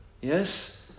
yes